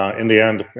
um in the end,